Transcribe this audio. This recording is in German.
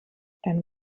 dann